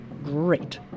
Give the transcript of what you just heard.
Great